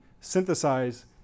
synthesize